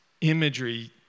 imagery